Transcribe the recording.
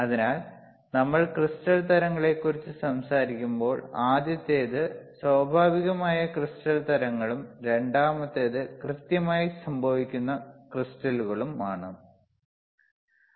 അതിനാൽ നമ്മൾ ക്രിസ്റ്റൽ തരങ്ങളെക്കുറിച്ച് സംസാരിക്കുമ്പോൾ ആദ്യത്തേത് സ്വാഭാവികമായ ക്രിസ്റ്റൽ തരങ്ങളും രണ്ടാമത്തേത് കൃത്രിമമായി സംഭവിക്കുന്ന ക്രിസ്റ്റലുകളും ആണ്